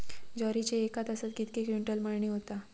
ज्वारीची एका तासात कितके क्विंटल मळणी होता?